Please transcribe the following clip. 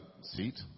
seat